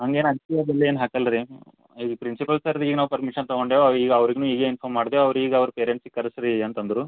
ಹಂಗೇನು ಅಂಜಿಕೆ ಅದೆಲ್ಲ ಏನು ಹಾಕಲ್ಲ ರೀ ಈ ಪ್ರಿನ್ಸಿಪಾಲ್ ಸರ್ದು ಈಗ ನಾವು ಪರ್ಮಿಷನ್ ತಗೊಂಡೆವು ಈಗ ಅವರಿಗ್ನು ಈಗ ಇಂಫಾರ್ಮ್ ಮಾಡ್ದೆವು ಅವ್ರು ಈಗ ಅವ್ರು ಪೇರೆಂಟ್ಸಿಗೆ ಕರೆಸ್ರಿ ಅಂತಂದರು